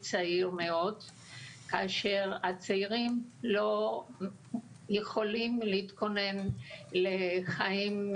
צעיר מאוד כאשר הצעירים לא יכולים להתכונן לחיים